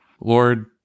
Lord